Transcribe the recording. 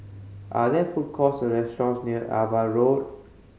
are there food courts or restaurants near Ava Road